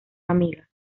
amiga